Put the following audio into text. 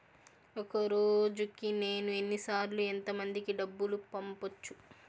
ఒక రోజుకి నేను ఎన్ని సార్లు ఎంత మందికి డబ్బులు పంపొచ్చు?